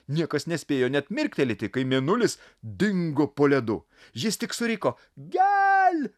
niekas nespėjo net mirktelėti kai mėnulis dingo po ledu jis tik suriko gel